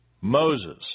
Moses